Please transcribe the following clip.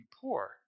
poor